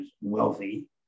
wealthy